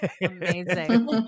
Amazing